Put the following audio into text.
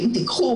אם תיקחו